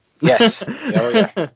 Yes